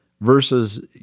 versus